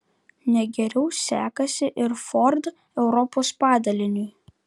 ne geriau sekasi ir ford europos padaliniui